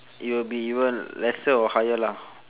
you will be you won't lesser or higher lah